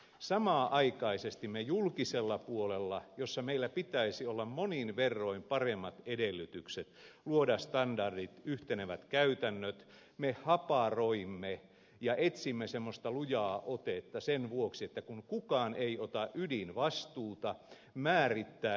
samanaikaisesti me julkisella puolella jossa meillä pitäisi olla monin verroin paremmat edellytykset luoda standardit yhtenevät käytännöt haparoimme ja etsimme semmoista lujaa otetta sen vuoksi kun kukaan ei ota ydinvastuuta määrittää yhteisiä pelisääntöjä